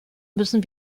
müssen